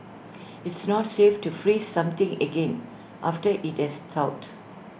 it's not safe to freeze something again after IT has thawed